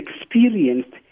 experienced